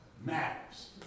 matters